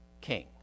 king